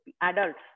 adults